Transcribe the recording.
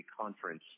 conference